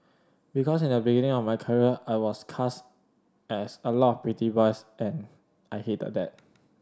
because in the beginning of my career I was cast as a lot pretty boys and I hated that